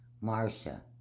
Marcia